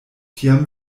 tiam